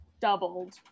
doubled